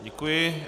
Děkuji.